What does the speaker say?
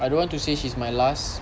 I don't want to say she's my last